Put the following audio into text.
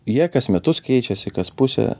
jie kas metus keičiasi kas pusę